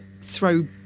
throw